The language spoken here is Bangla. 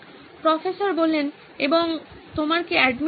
প্রফেসর এবং তোমার কি অ্যাডমিন আছে